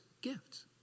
gifts